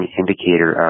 indicator